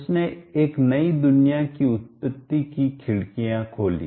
उसने एक नई दुनिया की उत्पत्ति की खिड़कियां खोली